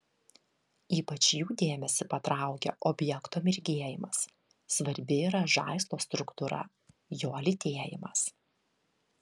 ypač jų dėmesį patraukia objekto mirgėjimas svarbi yra žaislo struktūra jo lytėjimas